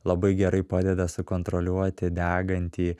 labai gerai padeda sukontroliuoti degantį